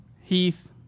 Heath